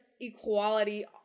equality